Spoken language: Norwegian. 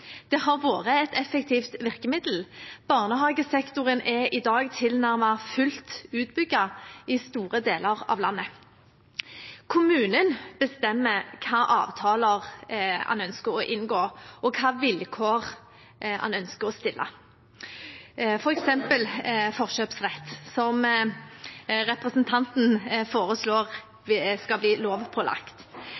Det har vært et effektivt virkemiddel. Barnehagesektoren er i dag tilnærmet fullt utbygd i store deler av landet. Kommunen bestemmer hvilke avtaler en ønsker å inngå, og hvilke vilkår en ønsker å stille, f.eks. forkjøpsrett, som representanten foreslår